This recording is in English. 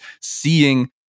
seeing